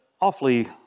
awfully